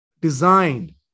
designed